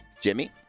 Jimmy